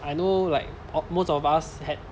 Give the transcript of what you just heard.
I know like most of us had